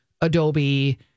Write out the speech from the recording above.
Adobe